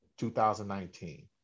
2019